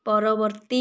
ପରବର୍ତ୍ତୀ